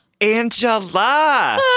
Angela